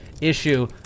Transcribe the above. issue